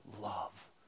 love